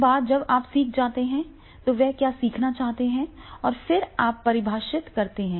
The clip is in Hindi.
एक बार जब आप सीख जाते हैं कि वे क्या सीखना चाहते हैं और फिर आप परिभाषित करते हैं